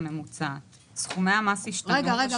הממוצעת 15. סכומי המס ישתנו בשיעורים" --- רגע,